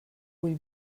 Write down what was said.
vull